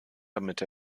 damit